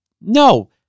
No